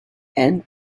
and